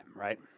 right